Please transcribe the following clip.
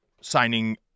signing